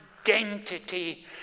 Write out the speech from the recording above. identity